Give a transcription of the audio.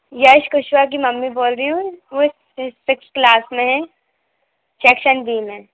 यश कुशवाहा की मम्मी बोल रही हूँ वो सिक्स क्लास में हैं सैक्शन बी में